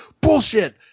Bullshit